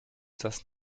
das